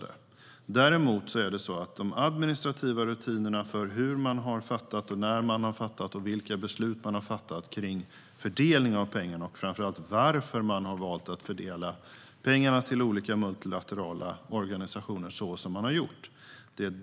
Det som Riksrevisionen kritiserar är bristen på dokumentation av de administrativa rutinerna. Det handlar om hur och när man fattat beslut om fördelning av pengar, vilka beslut man fattat och framför allt varför man har valt att fördela pengarna till olika multilaterala organisationer så som man har gjort.